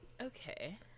Okay